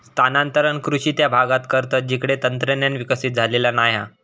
स्थानांतरण कृषि त्या भागांत करतत जिकडे तंत्रज्ञान विकसित झालेला नाय हा